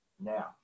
Now